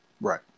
Right